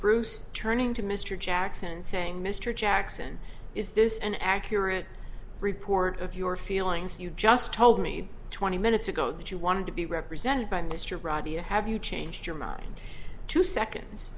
bruce turning to mr jackson saying mr jackson is this an accurate report of your feelings you just told me twenty minutes ago that you wanted to be represented by mr ravi to have you changed your mind two seconds